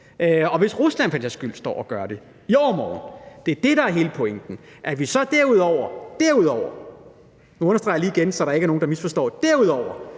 og hvis Rusland for den sags skyld står og gør det i overmorgen – det er det, der er hele pointen. At vi så derudover – derudover – og nu jeg understreger det lige igen, så der ikke er nogen, der misforstår det, derudover